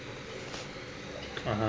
a'ah